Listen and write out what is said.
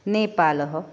नेपालः